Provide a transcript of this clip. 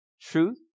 truth